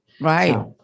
Right